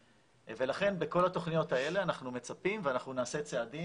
ולכן בכל התוכניות האלה אנחנו מצפים ואנחנו נעשה צעדים,